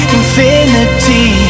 infinity